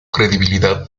credibilidad